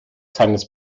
seines